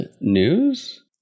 news